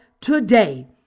today